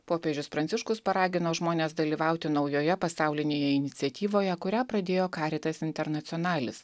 popiežius pranciškus paragino žmones dalyvauti naujoje pasaulinėje iniciatyvoje kurią pradėjo karitas internacionalis